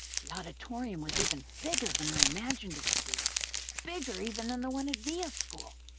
the auditorium was even bigger than i imagined it would be bigger even than the one at via's school.